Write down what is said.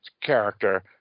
character